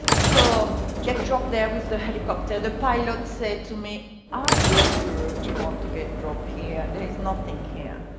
so, get dropped there with the helicopter, the pilot said to me, are you sure you want to get dropped here? there's nothing here.